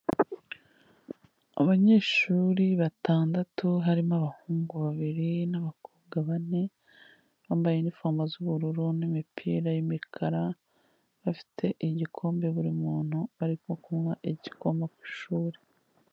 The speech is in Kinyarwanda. Abanyeshuri batandatu harimo abahungu babiri n'abakobwa bane, bambaye inifomo z'ubururu n'imipira y'umukara, bafite igikombe buri muntu barimo kunywa igikoma ku ishuri.